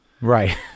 Right